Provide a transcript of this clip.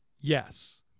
Yes